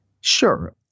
Sure